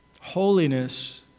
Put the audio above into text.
holiness